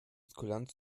kulanz